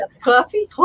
Coffee